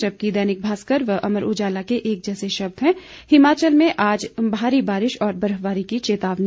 जबकि दैनिक भास्कर व अमर उजला के एक जैसे शब्द हैं हिमाचल में आज भारी बारिश और बर्फबारी की चेतावनी